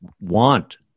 want